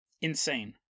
Insane